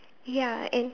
ya and